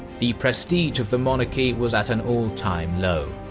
the prestige of the monarchy was at an all-time low.